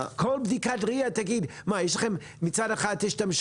כל בדיקת RIA תגיד מצד אחד יש שימוש